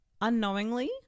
unknowingly